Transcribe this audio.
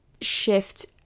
shift